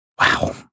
Wow